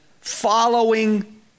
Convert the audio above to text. following